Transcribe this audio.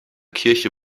kirche